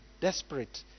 desperate